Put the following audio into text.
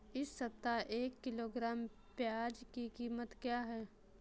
इस सप्ताह एक किलोग्राम प्याज की कीमत क्या है?